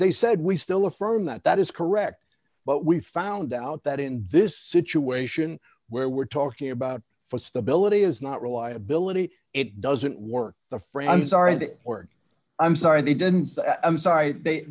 they said we still affirm that that is correct but we found out that in this situation where we're talking about for stability is not reliability it doesn't work the friends aren't org i'm sorry they didn't i'm sorry